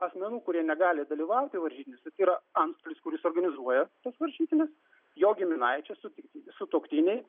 asmenų kurie negali dalyvauti varžytinėse tai yra antstolis kuris organizuoja tas varžytines jo giminaičiai su sutuoktiniai